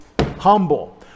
humble